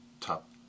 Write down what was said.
top